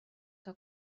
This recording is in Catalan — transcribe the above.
que